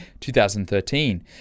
2013